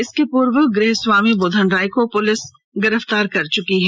इसके पूर्व गृह स्वामी बूधन राय को पुलिस गिरफ्तार कर चुकी है